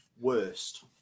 worst